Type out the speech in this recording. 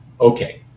Okay